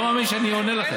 אני לא מאמין שאני עונה לכם.